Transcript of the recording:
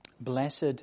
Blessed